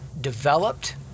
developed